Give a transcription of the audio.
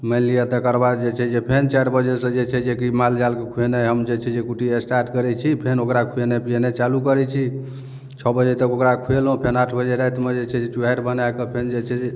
मानिलिअ तकरबाद जे छै जे फेन चारि बजेसँ जे छै जेकी मालजालके खुएनाइ हम जे छै जे कुट्टी स्टार्ट करै छी फेन ओकरा खुएनाइ पीयेनाइ चालू करै छी छओ बजे तक ओकरा खुएलहुँ फेन आठ बजे रातिमे जे छै चुआरि बना कऽ फेन जे छै जे